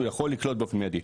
הוא יכול לקלוט באופן מידי,